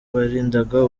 barindaga